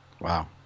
Wow